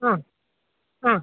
ആ ആ